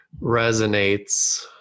resonates